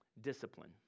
Discipline